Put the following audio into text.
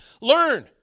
learn